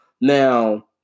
now